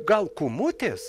gal kūmutės